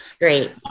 great